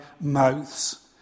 mouths